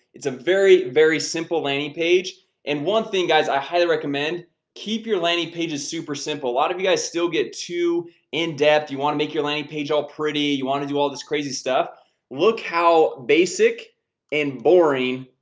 it's a very very simple landing page and one thing guys i highly recommend keep your landing page is super simple. a lot of you guys still get too in depth you want to make your landing page all pretty you want to do all this crazy stuff look how basic and boring.